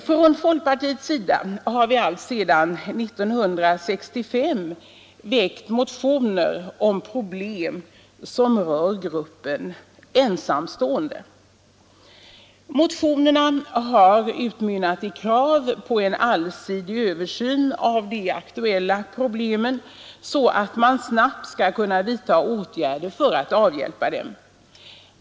Från folkpartiets sida har vi alltsedan 1965 väckt motioner om problem som rör gruppen ensamstående. Motionerna har utmynnat i krav på en allsidig översyn av de aktuella problemen, så att man snabbt skall kunna vidta åtgärder för att avhjälpa dem.